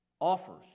offers